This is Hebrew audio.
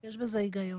יש בזה היגיון.